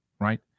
Right